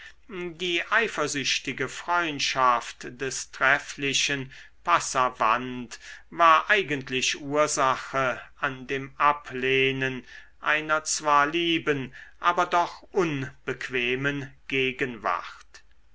die eifersüchtige freundschaft des trefflichen passavant war eigentlich ursache an dem ablehnen einer zwar lieben aber doch unbequemen gegenwart